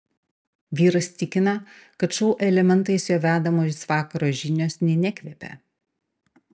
vyras tikina kad šou elementais jo vedamos vakaro žinios nė nekvepia